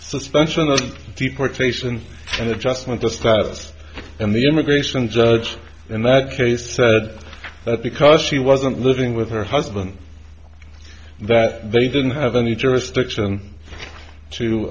suspension of deportation and adjustment of status and the immigration judge in that case said that because she wasn't living with her husband that they didn't have any jurisdiction to